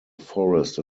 forest